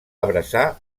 abraçar